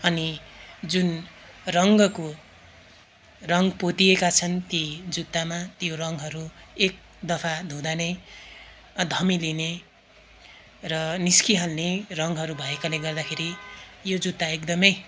अनि जुन रङ्गको रङ्ग पोतिएका छन् ती जुत्तामा त्यो रङ्गहरू एक दफा धुँदा नै धमिलिने र निस्किहाल्ने रङ्गहरू भएकाले गर्दाखेरि यो जुत्ता एकदमै